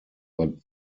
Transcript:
but